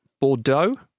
Bordeaux